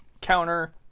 counter